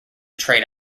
trade